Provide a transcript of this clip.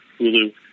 Hulu